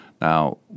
Now